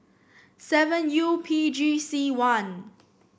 seven U P G C one